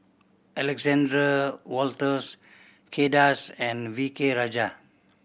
Alexander Wolters Kay Das and V K Rajah